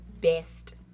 best